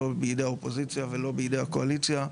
לא בידי האופוזיציה ולא בידי הקואליציה,